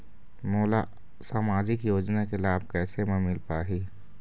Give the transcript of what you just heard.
मोला सामाजिक योजना के लाभ कैसे म मिल पाही?